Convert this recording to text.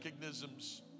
mechanisms